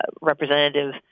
Representative